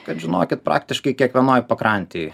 kad žinokit praktiškai kiekvienoj pakrantėj